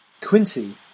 Quincy